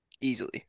Easily